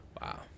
Wow